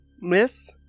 Miss